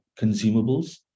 consumables